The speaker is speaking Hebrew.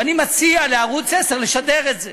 ואני מציע לערוץ 10 לשדר את זה.